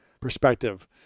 perspective